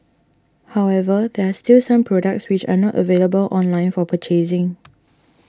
however there are still some products which are not available online for purchasing